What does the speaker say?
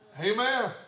Amen